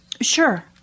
Sure